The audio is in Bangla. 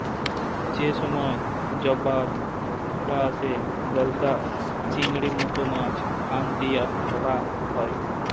যে সময়ে জবার ভাঁটা আসে, গলদা চিংড়ির মত মাছ ফাঁদ দিয়া ধ্যরা হ্যয়